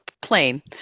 plane